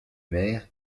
mère